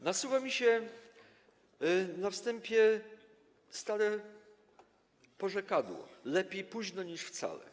Nasuwa mi się na wstępie stare porzekadło: lepiej późno niż wcale.